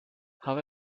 how